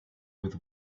with